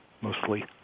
mostly